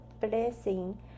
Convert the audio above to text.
blessing